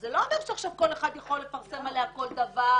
אז זה לא אומר שעכשיו כל אחד יכול לפרסם עליה כל דבר,